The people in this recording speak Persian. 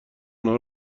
آنها